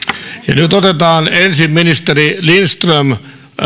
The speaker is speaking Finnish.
nyt nyt otetaan ensin ministeri lindström